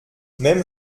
même